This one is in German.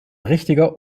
richtiger